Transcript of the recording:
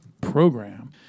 program